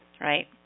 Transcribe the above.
right